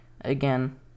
again